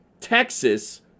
Texas